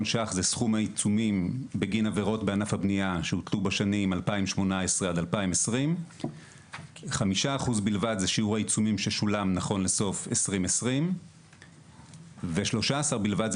ש"ח זה סכום העיצומים בגין עבירות בענף הבנייה שהוטלו בשנים 2018 2020. 5% בלבד זה שיעור העיצומים ששולם נכון לסוף שנת 2020. ו-13 בלבד זה